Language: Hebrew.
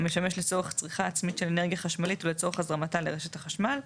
המשמש לצורך צריכה עצמית של אנרגיה חשמלית או לצורך הזרמתה לרשת החשמל.